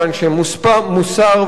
ואנשי מוסר,